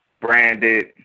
Branded